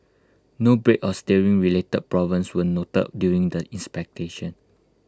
no brake or steering related problems were noted during the inspection